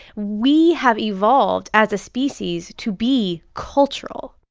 we have evolved as a species to be cultural.